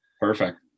Perfect